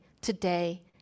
today